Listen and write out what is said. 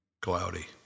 cloudy